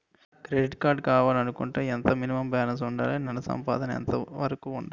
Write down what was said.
Credit card కావాలి అనుకుంటే ఎంత మినిమం బాలన్స్ వుందాలి? నెల సంపాదన ఎంతవరకు వుండాలి?